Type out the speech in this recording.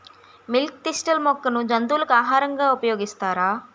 Milk thistle మొక్కను జంతువులకు ఆహారంగా ఉపయోగిస్తారా?